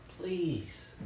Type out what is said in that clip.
please